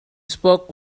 spoke